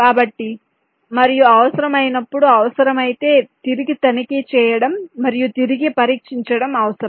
కాబట్టి మరియు అవసరమైనప్పుడు అవసరమైతే తిరిగి తనిఖీ చేయడం మరియు తిరిగి పరీక్షించడం అవసరం